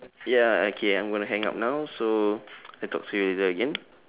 ya okay I'm gonna hang up now so I talk to you later again